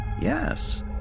Yes